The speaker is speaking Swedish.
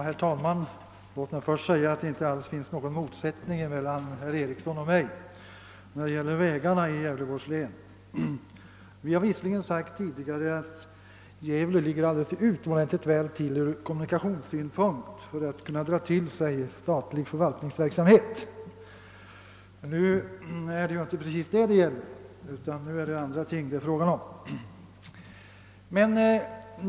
Herr talman! Låt mig först säga att det inte föreligger någon motsättning mellan herr Eriksson i Bäckmora och mig beträffande vägarna i Gävleborgs län. Vi har visserligen tidigare sagt att Gävle ligger utomordentligt väl till ur kommunikationssynpunkt för att kunna dra till sig statlig förvaltningsverksamhet, men det är inte detta som det nu gäller utan andra frågor.